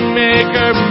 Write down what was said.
maker